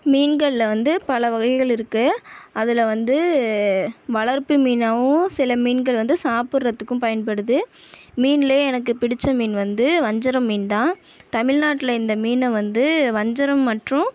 மீன்களில் வந்து பல வகைகள் இருக்குது அதில் வந்து வளர்ப்பு மீனாகவும் சில மீன்கள் வந்து சாப்பிட்றத்துக்கும் பயன்படுது மீனிலே எனக்கு பிடித்த மீன் வந்து வஞ்சிரம் மீன் தான் தமிழ்நாட்டில் இந்த மீனை வந்து வஞ்சிரம் மற்றும்